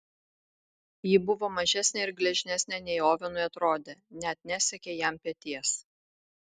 ji buvo mažesnė ir gležnesnė nei ovenui atrodė net nesiekė jam peties